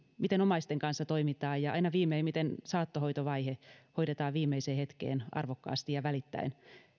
miten omaisten kanssa toimitaan ja aina viimein miten saattohoitovaihe hoidetaan viimeiseen hetkeen arvokkaasti ja välittäen